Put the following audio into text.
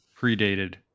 Predated